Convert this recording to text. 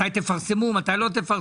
מתי תפרסמו, מתי לא תפרסמו.